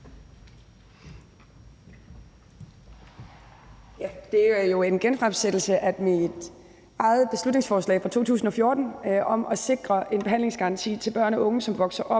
Det er jo en genfremsættelse af mit eget beslutningsforslag fra 2014 om at sikre en behandlingsgaranti til børn og unge, som vokser op